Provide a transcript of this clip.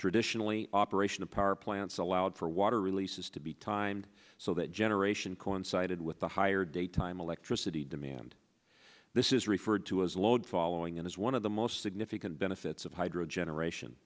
traditionally operational power plants allowed for water releases to be timed so that generation coincided with the higher daytime electricity demand this is referred to as load following and is one of the most significant benefits of hydro generation